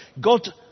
God